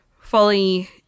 fully